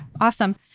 Awesome